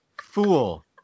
Fool